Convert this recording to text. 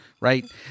Right